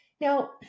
Now